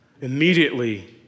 Immediately